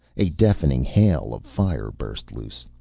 a deafening hail of fire burst loose.